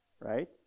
right